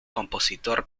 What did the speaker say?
compositor